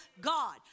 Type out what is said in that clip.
God